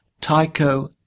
Tycho